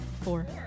Four